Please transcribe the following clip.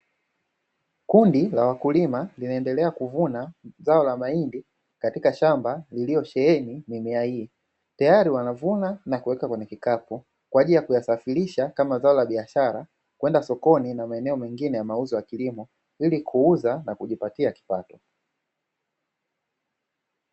Kundi la wakulima linaendelea kuvuna zao la mahindi katika shamba lililosheheni mimea hii, tayari wanavuna na kuweka kwenye kikapu kwa ajili ya kuyasafirisha kama zao la biashara kwenda sokoni na maeneo mengine ya mauzo ya kilimo ili kuuza na kujipatia kipato.